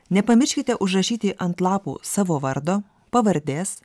nepamirškite užrašyti ant lapų savo vardo pavardės